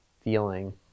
feeling